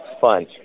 fun